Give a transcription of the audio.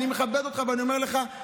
אני מכבד אותך ואני אומר לך,